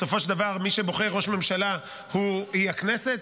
בסופו של דבר, מי שבוחר ראש ממשלה הוא הכנסת.